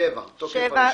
סעיף 7, תוקף הרישיון.